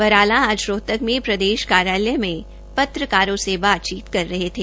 बराला शनिवार को रोहतक में प्रदेश कार्यालय में पत्रकारों से बातचीत कर रहे थे